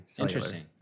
Interesting